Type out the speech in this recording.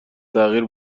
تغییر